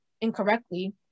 incorrectly